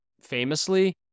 famously